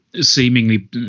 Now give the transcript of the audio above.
seemingly